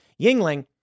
Yingling